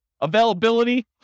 Availability